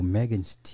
Megan's